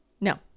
No